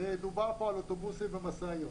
דובר פה על אוטובוסים ומשאיות.